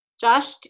Josh